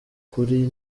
kuri